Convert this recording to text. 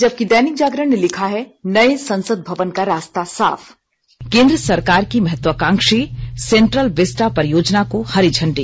जबकि दैनिक जागरण ने लिखा है नए संसद भवन का रास्ता साफ केन्द्र सरकार की महत्वाकांक्षी सेन्ट्रल विस्टा परियाजेना को हरी झंडी